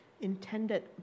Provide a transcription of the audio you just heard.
intended